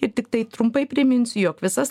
ir tiktai trumpai priminsiu jog visas